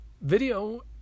Video